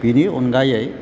बेनि अनगायै